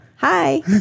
Hi